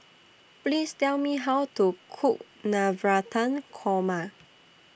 Please Tell Me How to Cook Navratan Korma